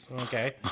Okay